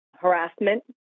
Harassment